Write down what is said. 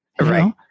Right